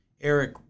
Eric